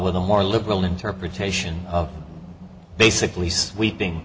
with a more liberal interpretation of basically sweeping